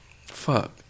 fuck